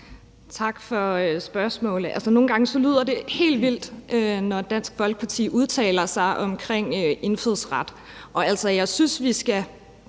Tak for spørgsmålet. Altså, nogle gange lyder det helt vildt, når Dansk Folkeparti udtaler sig om indfødsret.